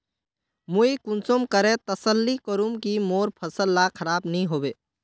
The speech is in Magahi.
मुई कुंसम करे तसल्ली करूम की मोर फसल ला खराब नी होबे?